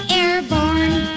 airborne